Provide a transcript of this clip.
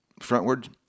frontward